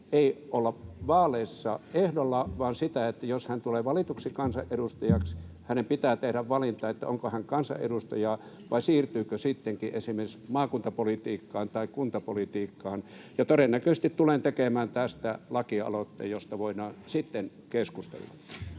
ei olla vaaleissa ehdolla, vaan sitä, että jos hän tulee valituksi kansanedustajaksi, hänen pitää tehdä valinta, onko hän kansanedustaja vai siirtyykö sittenkin esimerkiksi maakuntapolitiikkaan tai kuntapolitiikkaan. Todennäköisesti tulen tekemään tästä lakialoitteen, josta voidaan sitten keskustella.